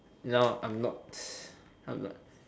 no I'm not I'm not